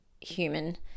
human